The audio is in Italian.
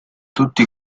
tutti